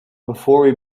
before